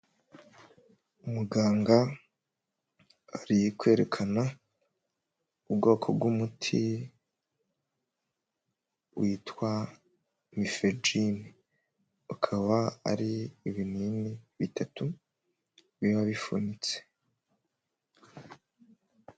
Umuganga ari kwerekana ubwoko bw'umuti witwa mifejini, ukaba ari ibinini bitatu biba bifunitse.